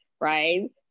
Right